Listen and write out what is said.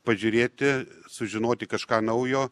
pažiūrėti sužinoti kažką naujo